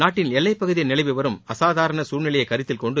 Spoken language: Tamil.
நாட்டின் எல்லைப்பகுதியில் நிலவி வரும் அசாதாரண சூழ்நிலையை கருத்தில்கொண்டு